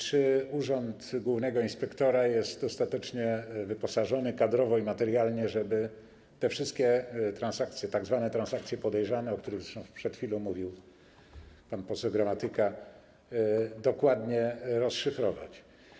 Czy urząd głównego inspektora jest dostatecznie wyposażony kadrowo i materialnie, żeby te wszystkie transakcje, tzw. transakcje podejrzane, o których zresztą przed chwilą mówił pan poseł Gramatyka, dokładnie rozszyfrować?